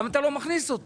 למה אתה לא מכניס אותו?